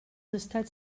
estats